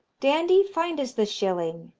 dandie, find us the shilling,